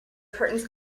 curtains